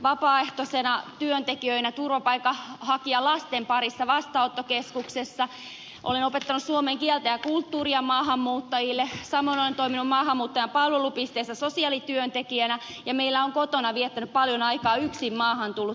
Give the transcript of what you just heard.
vapaaehtoisena työntekijänä turvapaikanhakijoiden lasten parissa vastaanottokeskuksessa olen opettanut suomen kieltä ja kulttuuria maahanmuuttajille samoin olen toiminut maahanmuuttajien palvelupisteessä sosiaalityöntekijänä ja meillä on kotona viettänyt paljon aikaa yksin maahan tullut pakolaistyttö